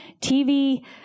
TV